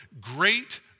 great